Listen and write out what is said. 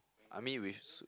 I mean with su~